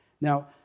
Now